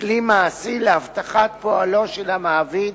כלי מעשי להבטחת פועלו של המעביד